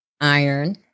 iron